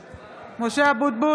(קוראת בשמות חברי הכנסת) משה אבוטבול,